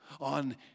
on